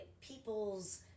people's